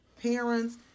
parents